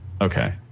Okay